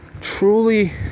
truly